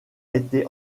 été